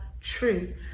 truth